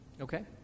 Okay